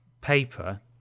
paper